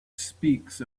speaks